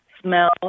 smell